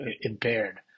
impaired